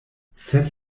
sed